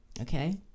Okay